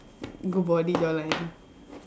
good body jawline